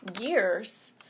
years